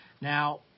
Now